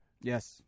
Yes